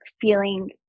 feeling